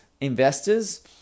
investors